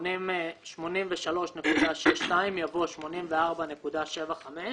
במקום "83.62" יבוא "84.75".